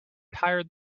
tired